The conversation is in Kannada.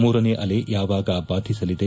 ಮೂರನೇ ಅಲೆ ಯಾವಾಗ ಬಾಧಿಸಲಿದೆ